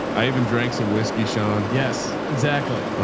i even drank some whiskey, sean. yes, exactly.